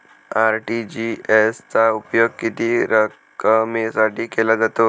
RTGS चा उपयोग किती रकमेसाठी केला जातो?